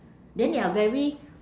then they are very